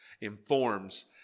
informs